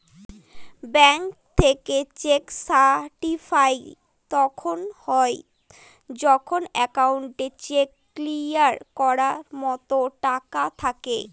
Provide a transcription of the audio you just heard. bank থেকে cheque certified তখন হয় যখন একাউন্টে চেক ক্লিয়ার করার মতো টাকা থাকে